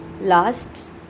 lasts